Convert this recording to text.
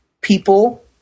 people